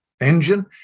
engine